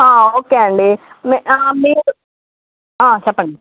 okay అండి మీరు చెప్పండి